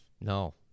no